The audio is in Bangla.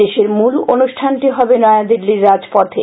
দেশের মূল অনুষ্ঠানটি হবে নয়াদিল্লির রাজপথে